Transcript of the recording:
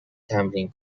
تمرین